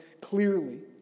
clearly